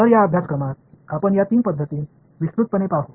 तर या अभ्यासक्रमात आपण या तीन पद्धती विस्तृतपणे पाहू